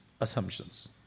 assumptions